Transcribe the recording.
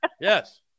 Yes